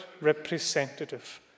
representative